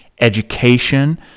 education